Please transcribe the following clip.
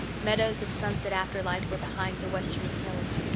meadows of sunset afterlight were behind the westerning hills.